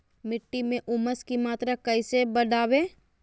मिट्टी में ऊमस की मात्रा कैसे बदाबे?